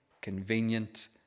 convenient